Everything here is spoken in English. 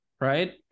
right